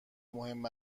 مهم